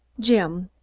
jim,